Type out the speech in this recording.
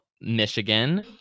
Michigan